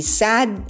sad